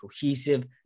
cohesive